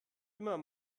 immer